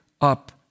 up